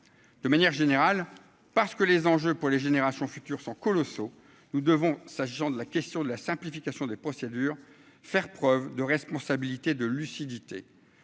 de manière générale, parce que les enjeux pour les générations futures sont colossaux, nous devons ça Jean de la question de la simplification des procédures, faire preuve de responsabilité, de lucidité,